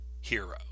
hero